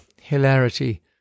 hilarity